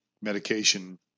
medication